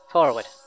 Forward